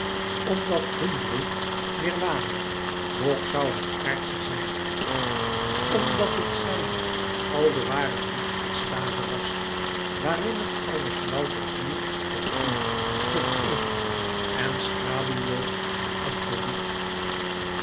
omdat hun droef nirwana nog zoû het aardsche zijn omdat het zijne al de ware lichtextaze was waarin het alles louter ziel vervloeit tot een en schaduwloos en absoluut